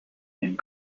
and